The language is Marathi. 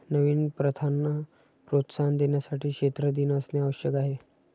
नवीन प्रथांना प्रोत्साहन देण्यासाठी क्षेत्र दिन असणे आवश्यक आहे